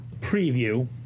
preview